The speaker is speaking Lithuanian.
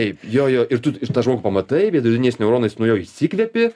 taip jo jo ir tu ir tą žmogų pamatai viduriniais neuronais nuo jo įsikvepi